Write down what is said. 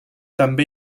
també